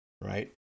right